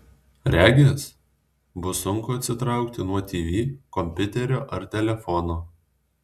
regis bus sunku atsitraukti nuo tv kompiuterio ar telefono